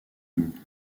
une